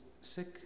sick